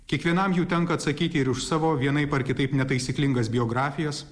kiekvienam jų tenka atsakyti ir už savo vienaip ar kitaip netaisyklingas biografijas